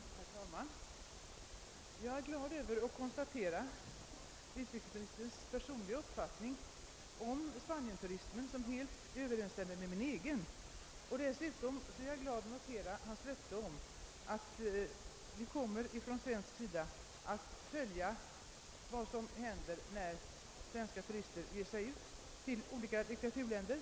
Herr talman! Jag är glad över att konstatera att utrikesministerns personliga uppfattning om Spanienturismen helt överensstämmer med min egen. Dessutom noterar jag med tillfredsställelse hans löfte om att vi från svensk sida kommer att följa vad som händer svenska turister när de ger sig ut till olika diktaturländer.